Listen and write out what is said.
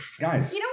Guys